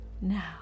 now